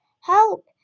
Help